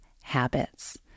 habits